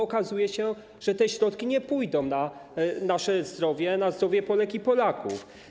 Okazuje się, że te środki nie pójdą na nasze zdrowie, na zdrowie Polek i Polaków.